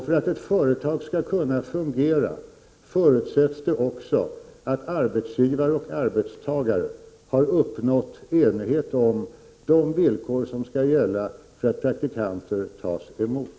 För att ett företag skall kunna fungera förutsätts det att arbetsgivare och arbetstagare har uppnått enighet om de villkor som gäller för att praktikanter skall tas emot.